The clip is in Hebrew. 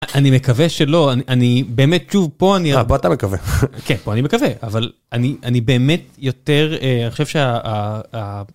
אני מקווה שלא אני באמת שוב פה אני, הרבה אתה מקווה, כן, פה אני מקווה, אבל אני אני באמת יותר, אני חושב שה...